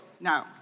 No